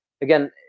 again